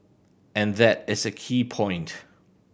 and that is a key point